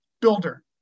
Builder